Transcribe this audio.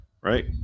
right